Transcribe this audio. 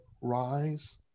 rise